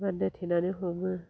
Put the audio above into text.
बान्दो थेनानै हमो